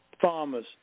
farmers